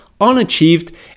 unachieved